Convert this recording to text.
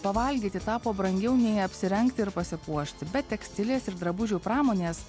pavalgyti tapo brangiau nei apsirengti ir pasipuošti bet tekstilės ir drabužių pramonės